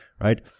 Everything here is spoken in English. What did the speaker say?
right